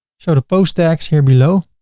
show the post tags here below.